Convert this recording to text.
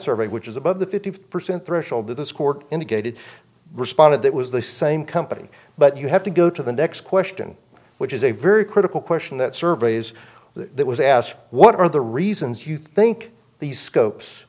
survey which is above the fifty five percent threshold that this court indicated responded that was the same company but you have to go to the next question which is a very critical question that surveys the that was asked what are the reasons you think these scopes